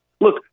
Look